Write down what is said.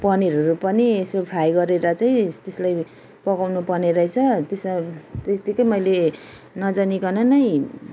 पनिरहरू पनि यसो फ्राई गरेर चाहिँ त्यसलाई पकाउनु पर्ने रहेछ त्यसमा त्यतिकै मैले नजानिकन नै